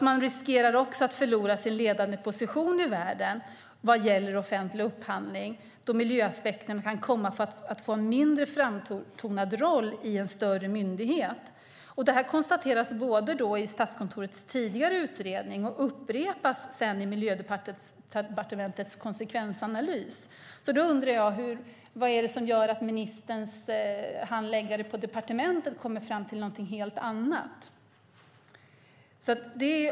Man riskerar också att förlora sin ledande position i världen vad gäller offentlig upphandling, då miljöaspekten kan komma att få en mindre framtonad roll i en större myndighet. Detta konstateras i Statskontorets tidigare utredning och upprepas i Miljödepartementets konsekvensanalys. Jag undrar vad det är som gör att ministerns handläggare på departementet kommer fram till någonting helt annat.